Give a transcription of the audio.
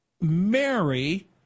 Mary